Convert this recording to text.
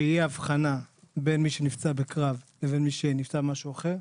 שתהיה הבחנה בין מי שנפצע בקרב לבין מי שנפצע ממשהו אחר?